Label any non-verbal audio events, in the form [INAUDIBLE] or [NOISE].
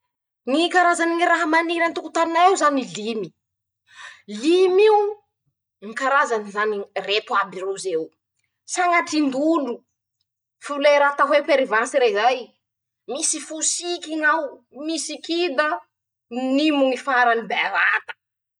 Ñy karazany ñy raha maniry an-tokotaninay eo zany limy,<...> lim'io ñy karazany zany, reto aby roz'eo: -Sañatry ndolo. [SHUSHES] -Folera atao hoe perivansy rezay. -Misy fosiky ñao. -Misy kida. -Nimo ñy farany bevata.